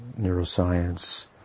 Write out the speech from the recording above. neuroscience